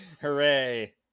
Hooray